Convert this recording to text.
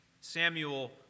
Samuel